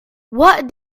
what